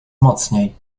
mocniej